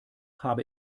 habe